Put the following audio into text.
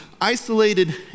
isolated